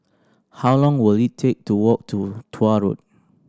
how long will it take to walk to Tuah Road